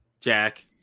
Jack